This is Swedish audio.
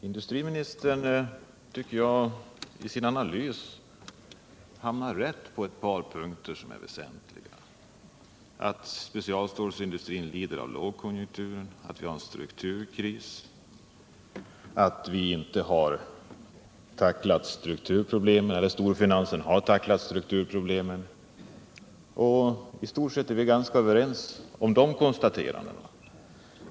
Herr talman! Jag tycker att industriministern i sin analys hamnar rätt på ett par väsentliga punkter. Specialstålindustrin lider av lågkonjunktur. Vi är inne i en strukturkris. Strukturproblemen har inte tacklats av storfinansen. I stort sett är vi överens om dessa konstateranden.